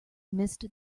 missed